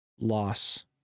loss